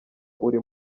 uri